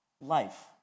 life